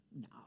No